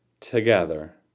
together